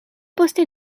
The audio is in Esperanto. poste